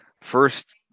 First